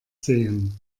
sehen